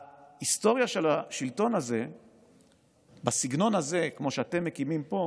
וההיסטוריה של השלטון הזה בסגנון הזה כמו שאתם מקימים פה